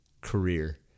career